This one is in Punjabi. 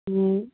ਹੂੰ